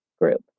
group